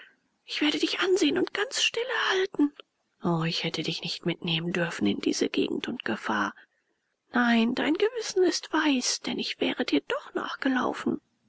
ich werde dich ansehen und ganz stille halten o ich hätte dich nicht mitnehmen dürfen in diese gegend und gefahr nein dein gewissen ist weiß denn ich wäre dir doch nachgelaufen